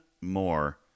more